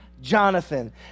Jonathan